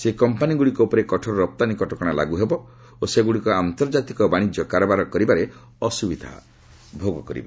ସେହି କମ୍ପାନୀଗ୍ରଡ଼ିକ ଉପରେ କଠୋର ରପ୍ତାନୀ କଟକଣା ଲାଗୁ ହେବ ଓ ସେଗୁଡ଼ିକ ଆନ୍ତର୍ଜାତିକ ବାଣିଜ୍ୟ କାରବାର କରିବାରେ ଅସୁବିଧା ଭୋଗ କରିବେ